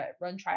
run